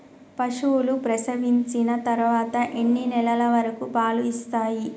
పశువులు ప్రసవించిన తర్వాత ఎన్ని నెలల వరకు పాలు ఇస్తాయి?